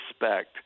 respect